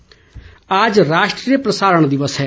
प्रसारण दिवस आज राष्ट्रीय प्रसारण दिवस है